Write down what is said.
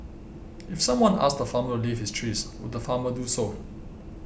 if someone asked the farmer to leave his trees would the farmer do so